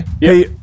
Hey